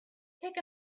take